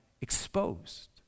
exposed